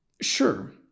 Sure